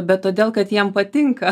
bet todėl kad jiems patinka